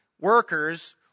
workers